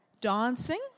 Dancing